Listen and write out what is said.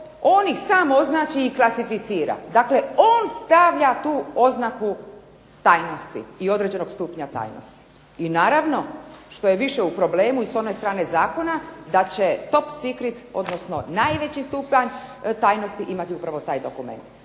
on ih sam označi i klasificira. Dakle on stavlja tu oznaku tajnosti i određenog stupnja tajnosti. I naravno što je više u problemu i s one strane zakona da će top secret, odnosno najveći stupanj tajnosti imati upravo taj dokument.